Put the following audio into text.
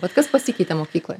vat kas pasikeitė mokykloj